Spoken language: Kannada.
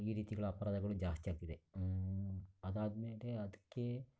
ಈ ರೀತಿಗಳ ಅಪರಾಧಗಳು ಜಾಸ್ತಿ ಆಗ್ತಿದೆ ಅದಾದ್ಮೇಲೆ ಅದಕ್ಕೆ